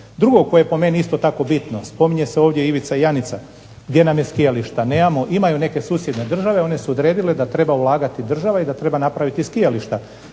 Drugo koje je po meni isto tako bitno, spominje se ovdje Ivica i Janica, gdje nam je skijalište. Imamo neke susjedne države, oni su odredile ulagati država i da treba napraviti skijališta,